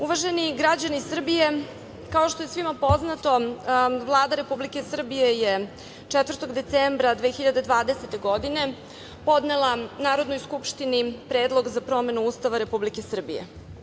Uvaženi građani Srbije, kao što je svima poznato, Vlada Republike Srbije je 4. decembra 2020. godine podnela Narodnoj skupštini Predlog za promenu Ustava Republike Srbije.